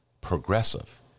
progressive